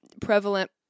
prevalent